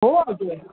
हो अगं